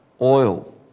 oil